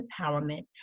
empowerment